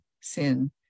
sin